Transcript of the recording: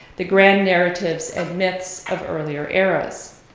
the grand narratives and myths of earlier eras.